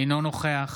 אינו נוכח